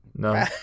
No